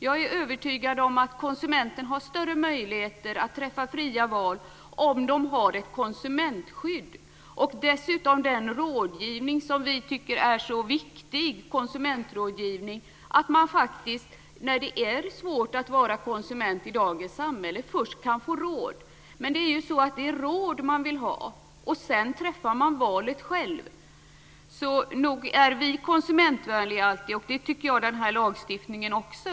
Jag är övertygad om att konsumenterna har större möjligheter att träffa fria val om de har ett konsumentskydd. Dessutom innebär den rådgivning som vi tycker är så viktig, konsumentrådgivningen, att man faktiskt, eftersom det är svårt att vara konsument i dagens samhälle, först kan få råd. Men det är ju råd man vill ha och sedan träffar man valet själv. Så nog är vi konsumentvänliga, och det tycker jag också att den här lagstiftningen är.